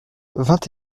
vingt